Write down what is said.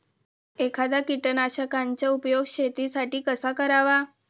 एखाद्या कीटकनाशकांचा उपयोग शेतीसाठी कसा करावा?